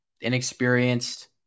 inexperienced